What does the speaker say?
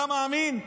אתה מאמין?